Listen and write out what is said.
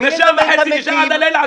משבע וחצי נשאר עד הלילה,